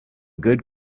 good